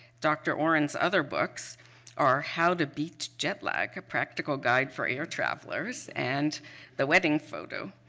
dr. oren's other books are how to beat jetlag, a practical guide for air travelers and the wedding photo.